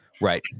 Right